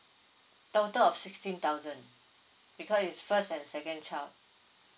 total of sixteen thousand because is first and second child